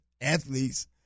athletes